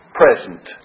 present